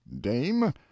Dame